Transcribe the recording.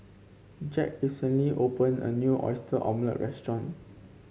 Jack recently opened a new Oyster Omelette restaurant